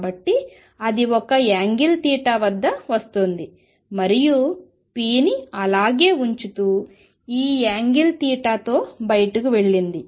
కాబట్టి అది ఒక యాంగిల్ తీటా వద్ద వస్తోంది మరియు pని అలాగే ఉంచుతూ ఈ యాంగిల్ తీటా తో బయటకు వెళ్లింది